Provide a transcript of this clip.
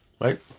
Right